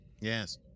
Yes